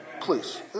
Please